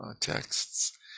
texts